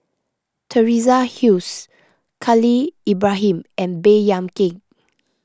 Teresa Khalil Ibrahim and Baey Yam Keng